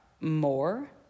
More